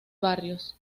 barrios